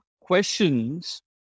questions